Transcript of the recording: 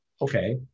okay